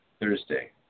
Thursday